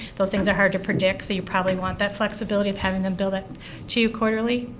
those things are hard to predict, so you probably want that flexibility of having them bill that to you quarterly.